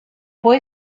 boy